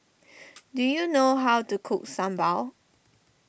do you know how to cook Sambal